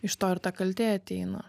iš to ir ta kaltė ateina